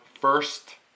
first